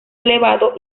elevado